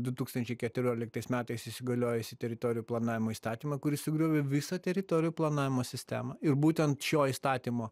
du tūkstančiai keturioliktais metais įsigaliojusį teritorijų planavimo įstatymą kuris sugriovė visą teritorijų planavimo sistemą ir būtent šio įstatymo